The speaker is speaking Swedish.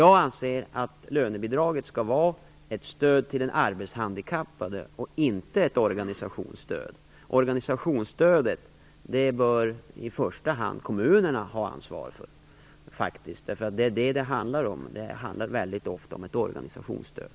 Jag anser att lönebidraget skall vara ett stöd till den arbetshandikappade och inte ett organisationsstöd. Organisationsstödet bör i första hand kommunerna ha ansvar för.